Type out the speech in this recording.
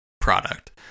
product